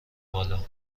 بالا